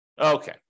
Okay